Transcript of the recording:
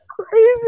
Crazy